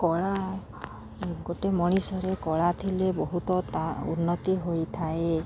କଳା ଗୋଟେ ମଣିଷରେ କଳା ଥିଲେ ବହୁତ ତା ଉନ୍ନତି ହୋଇଥାଏ